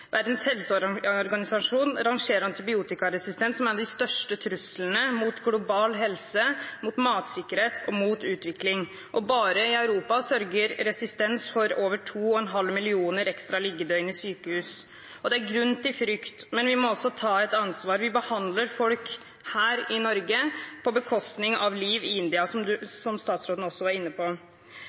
Verdens helseorganisasjon. Verdens helseorganisasjon rangerer antibiotikaresistens som en av de største truslene mot global helse, mot matsikkerhet og mot utvikling, og bare i Europa sørger resistens for over 2,5 millioner ekstra liggedøgn i sykehus. Det er grunn til frykt, men vi må også ta et ansvar. Vi behandler folk her i Norge på bekostning av liv i India, som statsråden også var inne på.